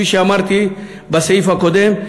כפי שאמרתי בסעיף הקודם,